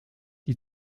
die